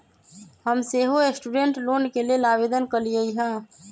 हम सेहो student loan के लेल आवेदन कलियइ ह